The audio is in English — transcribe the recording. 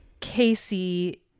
Casey